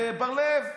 בר לב.